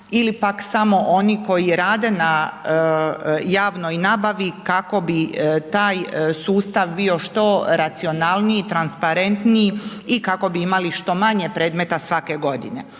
ili pak samo oni koji rade na javnoj nabavi kako bi taj sustav bio što racionalniji, transparentniji i kako bi imali što manje predmeta svake godine.